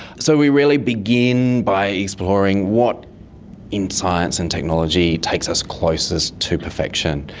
so we really begin by exploring what in science and technology takes us closest to perfection,